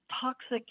Toxic